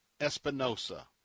Espinosa